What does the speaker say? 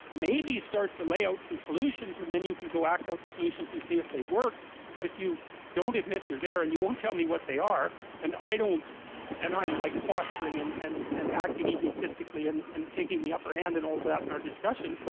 maybe start to lay out some solutions and then you can go act out the solutions and see if they work but if you don't admit they're there and you won't tell me what they are and i don't and i'm like posturing and and and acting egotistically and and taking the upper hand and all of that in our discussions,